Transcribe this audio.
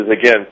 again